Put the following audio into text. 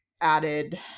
added